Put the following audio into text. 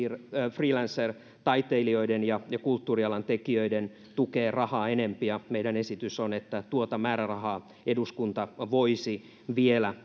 freelancertaiteilijoiden ja ja kulttuurialan tekijöiden tukeen rahaa enempi ja meidän esityksemme on että tuota määrärahaa eduskunta voisi vielä